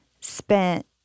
spent